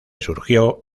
surgió